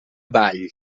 ball